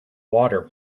water